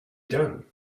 done